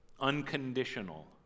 unconditional